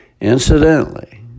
Incidentally